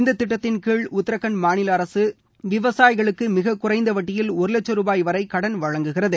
இந்தத் திட்டத்தின் கீழ் உத்தரகான்ட் மாநில அரசு விவசாயிகளுக்கு மிகக் குறைந்த வட்டியில் ஒரு லட்சம் ரூபாய் வரை கடன் வழங்குகிறது